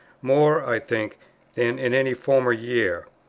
more, i think, than in any former year.